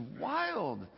wild